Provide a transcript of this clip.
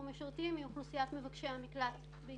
אנחנו משרתים היא אוכלוסיית מבקשי המקלט בישראל.